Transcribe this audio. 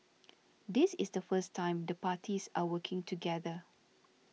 this is the first time the parties are working together